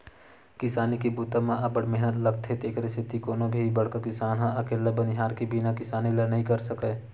किसानी के बूता म अब्ब्ड़ मेहनत लोगथे तेकरे सेती कोनो भी बड़का किसान ह अकेल्ला बनिहार के बिना किसानी ल नइ कर सकय